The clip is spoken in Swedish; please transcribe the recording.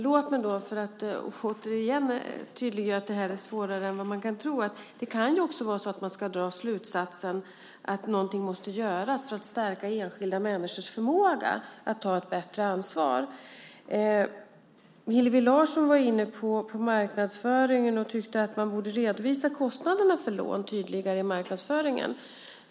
Låt mig dock, för att återigen tydliggöra att detta är svårare än man kan tro, säga att man också kan dra slutsatsen att någonting måste göras för att stärka enskilda människors förmåga att ta ett större ansvar. Hillevi Larsson var inne på marknadsföringen och tyckte att man borde redovisa kostnaderna för lån tydligare i marknadsföringen.